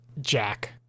Jack